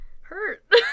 hurt